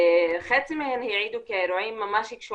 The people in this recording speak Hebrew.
חצי מהן העידו כי האירועים ממש הקשו